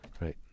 Right